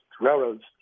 railroads